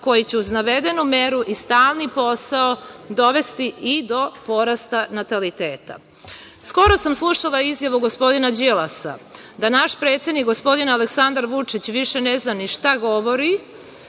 koji će uz navedenu meru i stalni posao dovesti i do porasta nataliteta. Skoro sam slušala izjavu gospodina Đilasa da naš predsednik gospodin Aleksandar Vučić više ne zna ni šta govori,